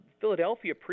Philadelphia